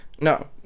no